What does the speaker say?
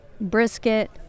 Brisket